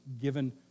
given